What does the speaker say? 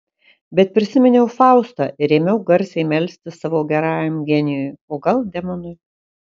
bet prisiminiau faustą ir ėmiau garsiai melstis savo gerajam genijui o gal demonui